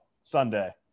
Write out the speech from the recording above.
Sunday